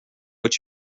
what